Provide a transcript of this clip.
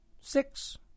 six